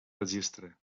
registre